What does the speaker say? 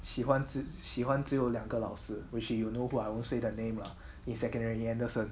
喜欢自喜欢只有两个老师 which you know who I won't say that name lah in secondary anderson